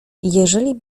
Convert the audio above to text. jeżeli